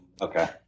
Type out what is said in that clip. okay